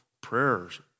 prayers